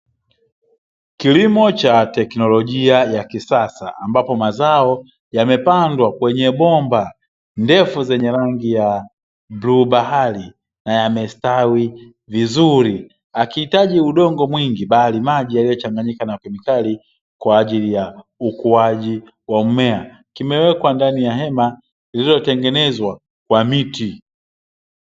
Kilimo cha tekinoljia ya kisasa ambapo mazao yamepandwa kwenye bomba ndefu zenye rangi ya bluu bahari na yamestawi vizuri, akihitaji udongo mwingi bali maji yaliyochanganyikana na kemikali kwaajili ya ukuaji wa mmea kimewekwa ndani ya hema lililotengenezwa kwa miti.